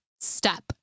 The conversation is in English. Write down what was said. step